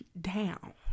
down